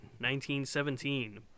1917